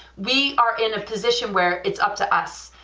we are in a position where it's up to us,